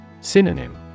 Synonym